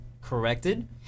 corrected